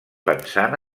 pensant